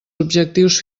objectius